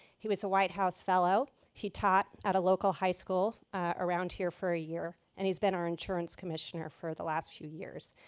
he was a white house fellow. he taught at a local high school around here for a year. and he's been our insurance commissioner for the last few years.